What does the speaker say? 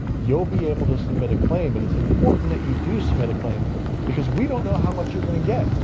you'll be able to submit a claim and it's important that you do submit a claim because we don't know how much you're going to get.